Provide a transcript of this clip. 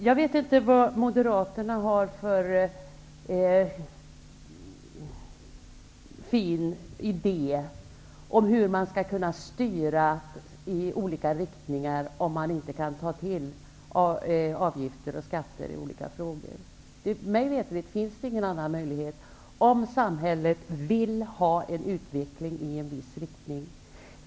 Jag vet inte vad Moderaterna har för fin idé om hur man skall kunna styra i önskad riktning, om man inte kan ta till avgifter och skatter. Mig veterligt finns det ingen annan möjlighet, om samhället vill ha en utveckling i en viss riktning.